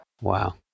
Wow